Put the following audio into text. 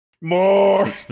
More